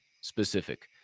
specific